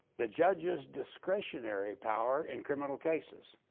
the judge's discretionary power in criminal cases.